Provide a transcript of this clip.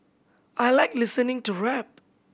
I like listening to rap